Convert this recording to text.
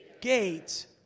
gate